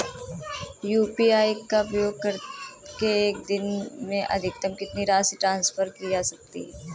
UPI का उपयोग करके एक दिन में अधिकतम कितनी राशि ट्रांसफर की जा सकती है?